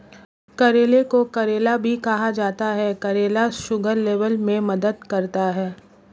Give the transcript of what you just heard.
करेले को करेला भी कहा जाता है करेला शुगर लेवल में मदद करता है